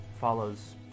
follows